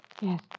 Yes